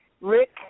Rick